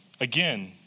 again